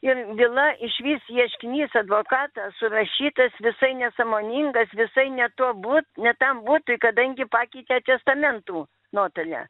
ir byla išvis ieškinys advokatą surašytas visai nesąmoningas visai ne tuo but ne tam butui kadangi pakeitė testamentų notalė